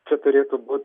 čia turėtų būt